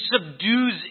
subdues